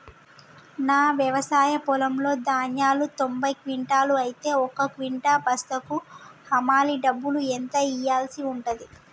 నా వ్యవసాయ పొలంలో ధాన్యాలు తొంభై క్వింటాలు అయితే ఒక క్వింటా బస్తాకు హమాలీ డబ్బులు ఎంత ఇయ్యాల్సి ఉంటది?